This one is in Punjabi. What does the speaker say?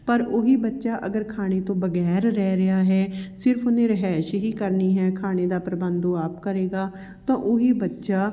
ਪਰ ਉਹੀ ਬੱਚਾ ਅਗਰ ਖਾਣੇ ਤੋਂ ਵਗੈਰ ਰਹਿ ਰਿਹਾ ਹੈ ਸਿਰਫ ਉਹਨੇ ਰਿਹਾਇਸ਼ ਹੀ ਕਰਨੀ ਹੈ ਖਾਣੇ ਦਾ ਪ੍ਰਬੰਧ ਉਹ ਆਪ ਕਰੇਗਾ ਤਾਂ ਉਹੀ ਬੱਚਾ